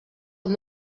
amb